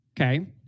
Okay